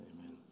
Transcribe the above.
amen